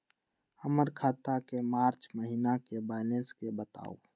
हमर खाता के मार्च महीने के बैलेंस के बताऊ?